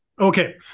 Okay